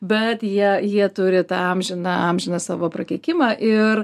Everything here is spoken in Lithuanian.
bet jie jie turi tą amžiną amžiną savo prakeikimą ir